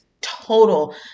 total